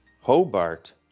Hobart